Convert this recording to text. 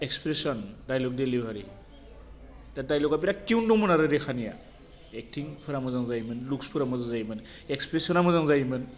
expression dialogue delivery दा दाइलगा बिराद टिउन दंमोन आरोखि रेखानिया एकटिंफ्रा मोजां जायोमोन लुक्सफ्रा मोजां जायोमोन एक्सप्रेसना मोजां जायोमोन